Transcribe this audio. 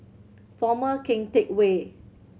Former Keng Teck Whay